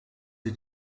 die